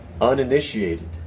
uninitiated